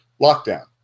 lockdown